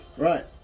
Right